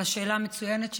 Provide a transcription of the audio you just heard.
על השאלה המצוינת שלך.